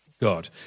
God